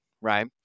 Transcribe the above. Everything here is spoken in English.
right